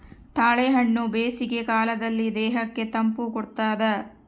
ತಾಳೆಹಣ್ಣು ಬೇಸಿಗೆ ಕಾಲದಲ್ಲಿ ದೇಹಕ್ಕೆ ತಂಪು ಕೊಡ್ತಾದ